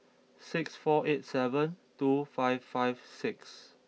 Six four eight seven two five five six